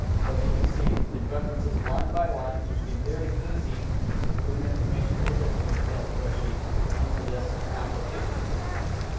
so, as you can see, it references line by line, so it should be very easy to bring the information over from your excel spreadsheet into this application at this point.